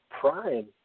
prime